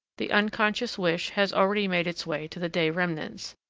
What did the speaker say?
the unconscious wish has already made its way to the day remnants,